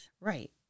Right